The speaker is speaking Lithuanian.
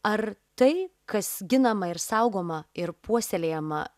ar tai kas ginama ir saugoma ir puoselėjama